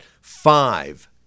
five